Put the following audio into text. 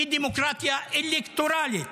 היא דמוקרטיה אלקטורלית,